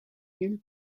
nulle